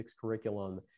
curriculum